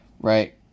Right